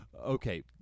Okay